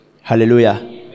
hallelujah